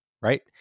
right